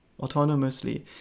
autonomously